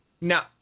Now